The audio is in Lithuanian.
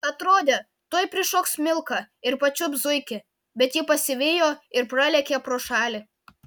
atrodė tuoj prišoks milka ir pačiups zuikį bet ji pasivijo ir pralėkė pro šalį